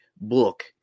book